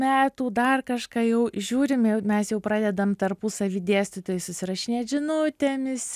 metų dar kažką jau žiūrim mes jau pradedam tarpusavy dėstytojai susirašinėt žinutėmis